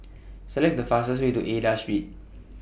Select The fastest Way to Aida Street